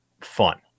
fun